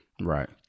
right